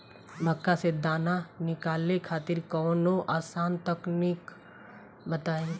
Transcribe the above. मक्का से दाना निकाले खातिर कवनो आसान तकनीक बताईं?